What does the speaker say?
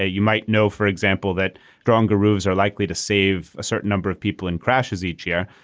ah you might know for example that stronger rules are likely to save a certain number of people in crashes each year.